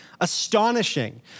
astonishing